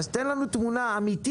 אז תן לנו תמונה אמיתית